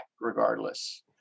regardless